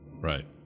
Right